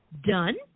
done